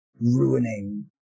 ruining